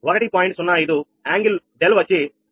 05 angle వచ్చి𝛿10